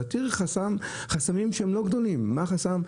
להתיר חסמים שהם לא גדולים, מה החסם?